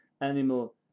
animal